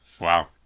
Wow